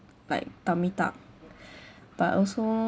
like tummy tuck but also